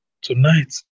Tonight